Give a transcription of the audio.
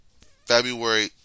February